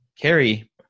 Carrie